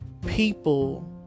people